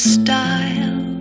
style